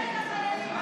נגד האזרחים,